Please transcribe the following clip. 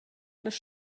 las